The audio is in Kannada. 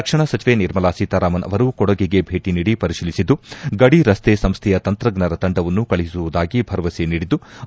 ರಕ್ಷಣಾ ಸಚಿವೆ ನಿರ್ಮಲಾ ಸೀತಾರಾಮನ್ ಅವರು ಕೊಡಗಿಗೆ ಭೇಟ ನೀಡಿ ಪರಿತೀಲಿಸಿದ್ದ ಗಡಿ ರಸ್ತೆ ಸಂಸ್ಥೆಯ ತಂತ್ರಜ್ಞರ ತಂಡವನ್ನು ಕಳುಹಿಸುವುದಾಗಿ ಭರವಸೆ ನೀಡಿದ್ಲು